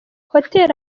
hotel